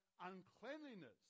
uncleanliness